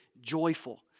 joyful